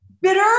bitter